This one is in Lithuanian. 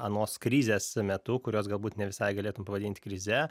anos krizės metu kurios galbūt ne visai galėtum pavadinti krize